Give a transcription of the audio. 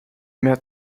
mehr